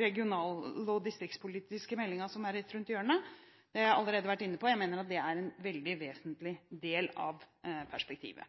regional- og distriktspolitiske meldingen som er rett rundt hjørnet – det har jeg allerede vært inne på. Jeg mener at det er en vesentlig del av perspektivet.